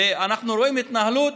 ואנחנו רואים התנהלות